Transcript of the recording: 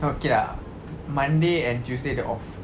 okay lah monday and tuesday dia off